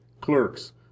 clerks